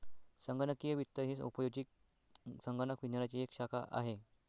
संगणकीय वित्त ही उपयोजित संगणक विज्ञानाची एक शाखा आहे